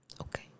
Okay